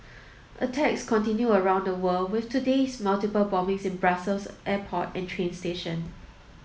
attacks continue around the world with today's multiple bombings in Brussels airport and train station